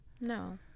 No